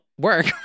work